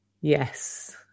Yes